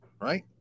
right